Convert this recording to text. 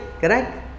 correct